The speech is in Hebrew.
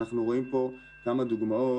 אנחנו רואים פה כמה דוגמאות,